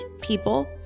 people